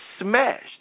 smashed